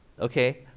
okay